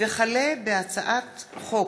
הצעת חוק